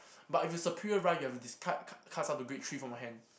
but if it's a pure ride you have to discard card cards of the great three from your hand